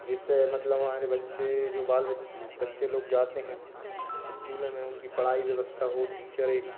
जिससे मतलब हमारे बच्चे जो बाल बच्चे लोग जाते हैं स्कूल में उनकी पढ़ाई व्यवस्था हो टीचर एक